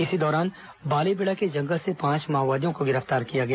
इसी दौरान बालेबेड़ा के जंगल से पांच माओवादियों को गिरफ्तार किया गया